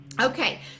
Okay